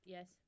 Yes